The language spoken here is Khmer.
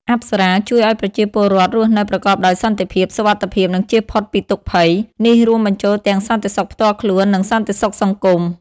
អប្សរាជួយឲ្យប្រជាពលរដ្ឋរស់នៅប្រកបដោយសន្តិភាព សុវត្ថិភាព និងចៀសផុតពីទុក្ខភ័យ។ នេះរួមបញ្ចូលទាំងសន្តិសុខផ្ទាល់ខ្លួន និងសន្តិសុខសង្គម។